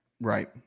Right